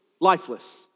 lifeless